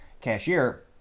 cashier